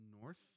north